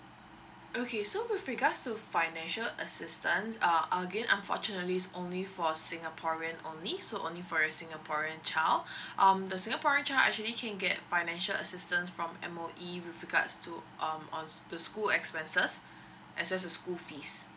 okay so with regards to financial assistance uh again unfortunately is only for singaporean only so only for a singaporean child um the singaporean child actually can get financial assistance from M_O_E with regards to um on the school expenses as well as school fees